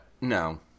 no